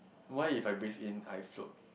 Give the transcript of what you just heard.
why if I breathe in I float